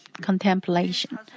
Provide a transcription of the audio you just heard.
Contemplation